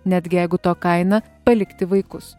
netgi jeigu to kaina palikti vaikus